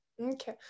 Okay